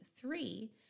three